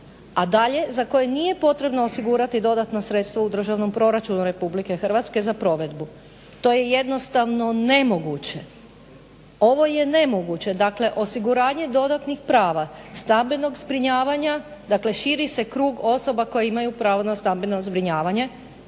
a dalje za koje nije potrebno osigurati dodatno sredstvo u državnom proračunu RH za provedbu". To je jednostavno nemoguće, ovo je nemoguće. Dakle osiguranje dodatnih prava stambenog zbrinjavanja, dakle širi se krug osoba koje imaju pravo na stambeno zbrinjavanje,